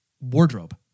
wardrobe